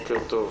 בוקר טוב.